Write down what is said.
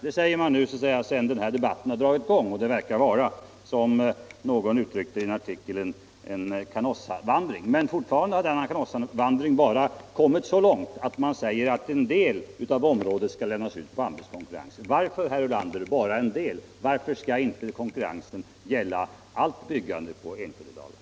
Det säger man nu när kritiken mot beslutet i marktilldelningsfrågan börjat komma. Det verkar vara — som någon uttryckte det i en artikel — en Canossavandring. Men ännu har denna Canossavandring bara kommit så långt att man säger att en del av området skall lämnas ut till anbudskonkurrens. Varför, herr Ulander, bara en del? Varför skall konkurrensen inte gälla allt byggande i Enskededalen?